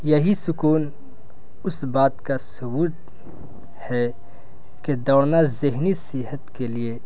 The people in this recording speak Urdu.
یہی سکون اس بات کا ثبوت ہے کہ دوورنا ذہنی صحت کے لیے